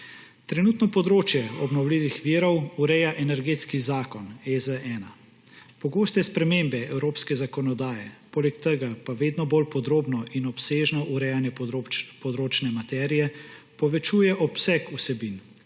Trenutno področje obnovljivih virov ureja Energetski zakon, EZ-1. Pogoste spremembe evropske zakonodaje, poleg tega pa vedno bolj podrobno in obsežno urejanje področne materije povečujejo obseg vsebin,